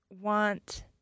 want